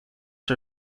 her